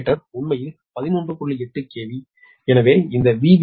8 KV எனவே இந்த VB1 13